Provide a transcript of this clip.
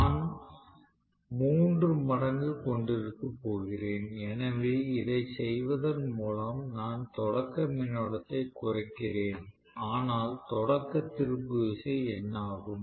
நான் மூன்று மடங்கு கொண்டிருக்கப் போகிறேன் எனவே இதைச் செய்வதன் மூலம் நான் தொடக்க மின்னோட்டத்தைக் குறைக்கிறேன் ஆனால் தொடக்க திருப்பு விசை என்னவாகும்